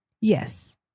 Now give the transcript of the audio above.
Yes